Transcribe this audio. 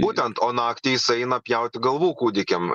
būtent o naktį jis eina pjaut galvų kūdikiam